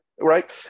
right